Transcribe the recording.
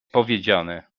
powiedziane